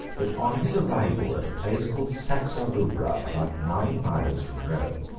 that on his arrival at a place called saxa rubra, about nine miles from rome,